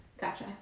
Gotcha